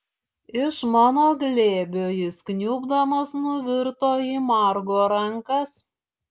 iš mano glėbio jis kniubdamas nuvirto į margo rankas